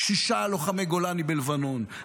שישה לוחמי גולני בלבנון,